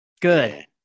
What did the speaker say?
Good